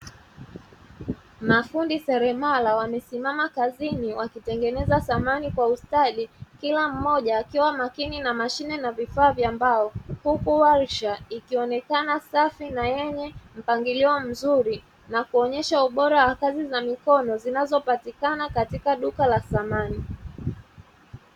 Mafundi seremala wamesimama kazini wakitengeneza samani kwa ustadi. Kila mmoja akiwa makini na mashine na vifaa vya mbao, huku warsha ikionekana safi na yenye mpangilio mzuri, na kuonyesha ubora wa kazi za mikono zinazopatikana katika duka la samani.